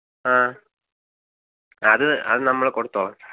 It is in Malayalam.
ആ അത് അത് നമ്മൾ കൊടുത്തോളാം സാർ